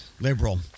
liberal